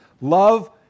Love